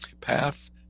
path